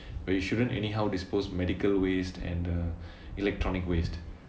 where you shouldn't anyhow dispose medical waste and uh electronic waste